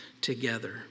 together